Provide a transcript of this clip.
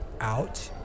out